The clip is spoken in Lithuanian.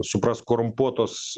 suprask korumpuotos